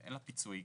אין לה פיצוי כספי,